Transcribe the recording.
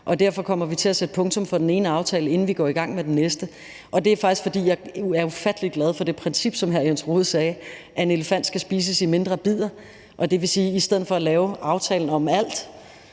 Derfor kommer vi til at sætte punktum for den ene aftale, inden vi går i gang med den næste. Det er faktisk, fordi jeg er ufattelig glad for det princip, som hr. Jens Rohde sagde, nemlig at en elefant skal spises i mindre bidder. Det vil sige, at i stedet for at lave aftalen om alt